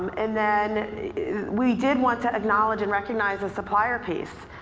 and then we did want to acknowledge and recognize the supplier piece.